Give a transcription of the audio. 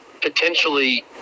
potentially